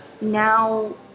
Now